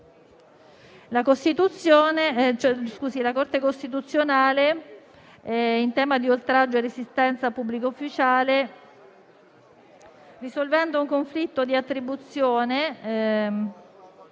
La Corte costituzionale, in tema di oltraggio e resistenza a pubblico ufficiale, risolvendo un conflitto di attribuzione,